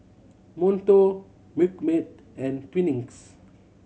Monto Milkmaid and Twinings